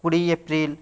কুড়ি এপ্রিল